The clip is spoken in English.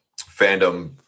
fandom